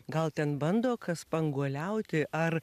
gal ten bando kas spanguoliauti ar